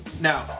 Now